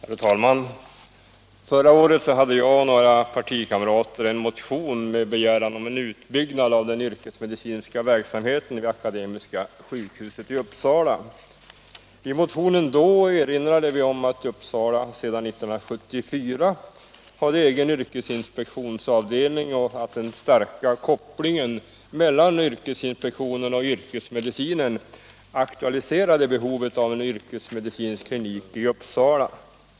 Herr talman! Förra året väckte jag och några partikamrater en motion med begäran om en utbyggnad av den yrkesmedicinska verksamheten vid Akademiska sjukhuset i Uppsala. I motionen erinrade vi om att Uppsala sedan 1974 hade egen yrkesinspektionsavdelning och att den starka kopplingen mellan yrkesinspektionen och yrkesmedicinen aktualiserade behovet av en yrkesmedicinsk klinik i Uppsala.